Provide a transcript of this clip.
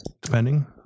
depending